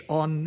on